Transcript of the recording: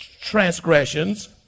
transgressions